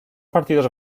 partidos